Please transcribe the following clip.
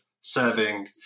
serving